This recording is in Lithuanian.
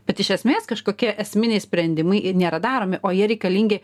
bet iš esmės kažkokie esminiai sprendimai nėra daromi o jie reikalingi